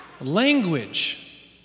language